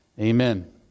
Amen